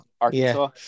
Arkansas